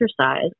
exercise